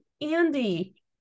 Andy